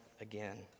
again